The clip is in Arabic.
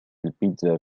البيتزا